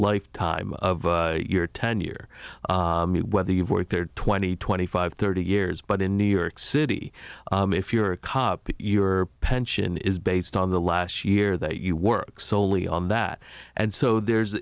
lifetime of your tenure whether you've worked there twenty twenty five thirty years but in new york city if you're a cop your pension is based on the last year that you work solely on that and so there's